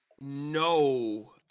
no